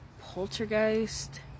Poltergeist